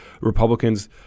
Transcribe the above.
Republicans